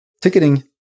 Ticketing